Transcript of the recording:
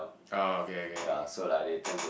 oh okay okay okay